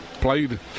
played